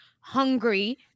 hungry